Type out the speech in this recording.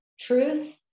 truth